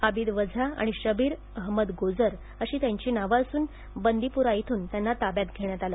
अबिद वझा आणि शबीर अहमद गोजर अशी त्यांची नावं असून बंदिपुरा इथून त्यांना ताब्यात घेण्यात आलं